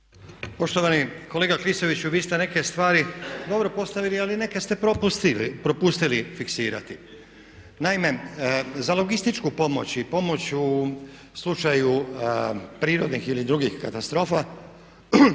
Poštovani kolega Klisoviću vi ste neke stvari dobro postavili ali neke ste propustili fiksirati. Naime, za logističku pomoć i pomoć u slučaju prirodnih ili drugih katastrofa